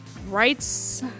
rights